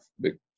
big